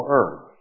earth